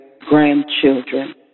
grandchildren